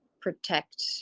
protect